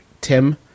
tim